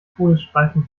todesstreifen